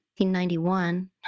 1991